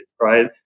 right